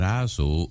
Razo